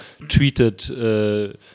tweeted